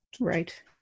right